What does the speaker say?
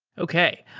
okay.